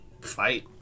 fight